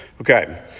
Okay